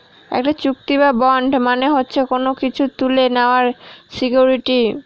একটি চুক্তি বা বন্ড মানে হচ্ছে কোনো কিছু তুলে নেওয়ার সিকুইরিটি